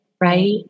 right